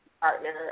partner